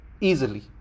easily